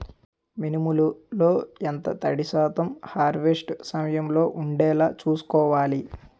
మినుములు లో ఎంత తడి శాతం హార్వెస్ట్ సమయంలో వుండేలా చుస్కోవాలి?